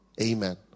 Amen